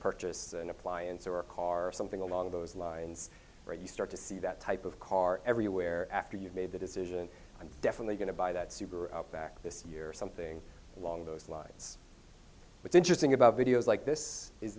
purchase an appliance or a car or something along those lines where you start to see that type of car everywhere after you've made the decision i'm definitely going to buy that subaru outback this year something along those lines what's interesting about videos like this is